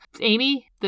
Amy